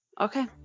Okay